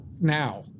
now